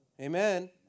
Amen